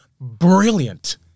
brilliant